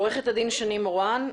עורכת הדין שני מורן.